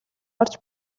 орж